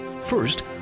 First